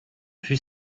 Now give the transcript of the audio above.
fut